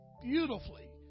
beautifully